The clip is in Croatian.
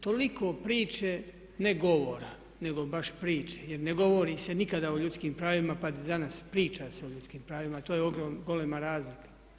Toliko priče, ne govora nego baš priče jer ne govori se nikada o ljudskih pravima pa ni danas, priča se o ljudskim pravima a to je golema razlika.